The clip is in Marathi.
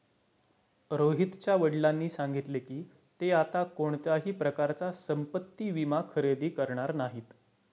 रोहितच्या वडिलांनी सांगितले की, ते आता कोणत्याही प्रकारचा संपत्ति विमा खरेदी करणार नाहीत